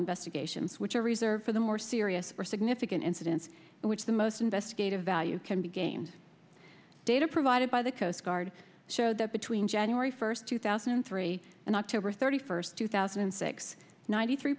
investigation which are reserved for the more serious or significant incidents in which the most investigative value can be gained data provided by the coast guard showed that between january first two thousand and three and october thirty first two thousand and six ninety three